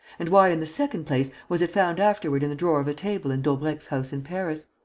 and why, in the second place, was it found afterward in the drawer of a table in daubrecq's house in paris?